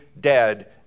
dead